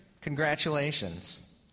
congratulations